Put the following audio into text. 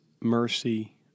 mercy